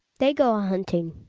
they go a-hunting.